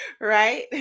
right